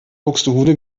buxtehude